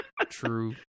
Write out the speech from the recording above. True